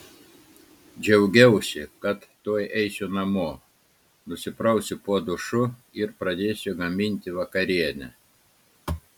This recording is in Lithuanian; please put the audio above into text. džiaugiausi kad tuoj eisiu namo nusiprausiu po dušu ir pradėsiu gaminti vakarienę